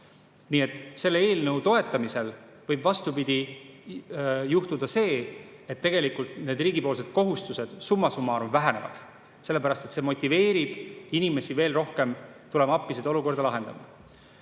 Nii et selle eelnõu toetamisel võib, vastupidi, juhtuda see, et riigi kohustusedsumma summarumvähenevad, sellepärast et see motiveerib inimesi veel rohkem tulema appi seda olukorda lahendama. Aga